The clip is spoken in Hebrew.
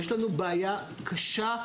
יש לנו בעיה קשה,